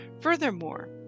Furthermore